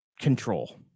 control